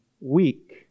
weak